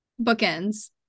Bookends